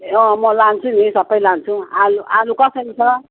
म लान्छु नि सब लान्छु आलु आलु कसरी छ